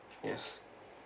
yes